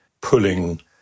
pulling